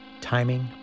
Timing